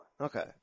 Okay